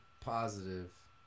positive